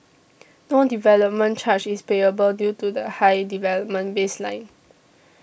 no development charge is payable due to the high development baseline